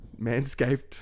manscaped